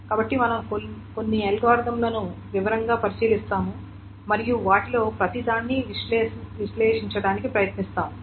కాబట్టి మనం కొన్ని అల్గోరిథంలను వివరంగా పరిశీలిస్తాము మరియు వాటిలో ప్రతిదాన్ని విశ్లేషించడానికి ప్రయత్నిస్తాము